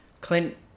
Clint